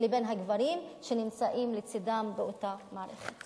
לבין הגברים שנמצאים לצדן באותה מערכת.